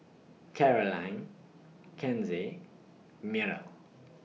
Carolyn Kenzie Myrtle